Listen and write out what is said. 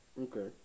Okay